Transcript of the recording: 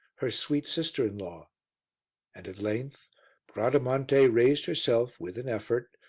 her sweet sister-in-law and at length bradamante raised herself with an effort,